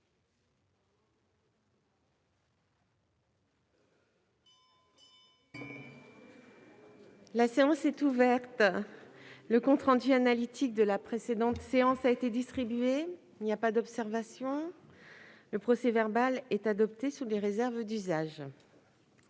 La séance est ouverte. Le compte rendu analytique de la précédente séance a été distribué. Il n'y a pas d'observation ?... Le procès-verbal est adopté sous les réserves d'usage.